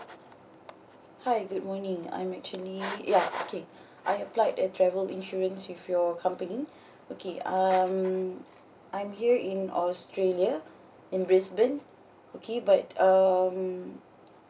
hi good morning I'm actually ya okay I applied a travel insurance with your company okay um I'm here in australia in brisbane okay but um